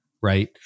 Right